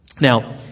Now